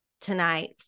tonight